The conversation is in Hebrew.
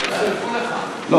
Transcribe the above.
עמדה נוספת.